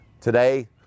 Today